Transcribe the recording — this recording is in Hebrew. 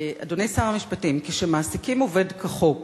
אדוני שר המשפטים, כשמעסיקים עובד כחוק,